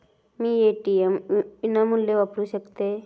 मी ATM विनामूल्य वापरू शकतय?